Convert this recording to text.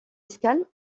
escale